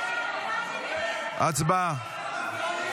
הצבעה.